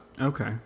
Okay